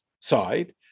side